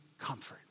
comfort